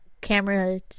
camera